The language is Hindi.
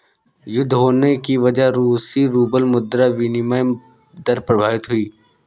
युद्ध होने की वजह से रूसी रूबल मुद्रा विनिमय दर प्रभावित हुई